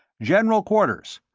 general quarters.